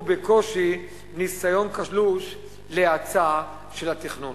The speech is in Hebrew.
ובקושי ניסיון קלוש להאצה של התכנון.